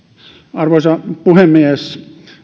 arvoisa puhemies